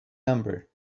number